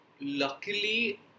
luckily